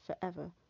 forever